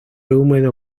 húmedo